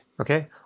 okay